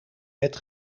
wet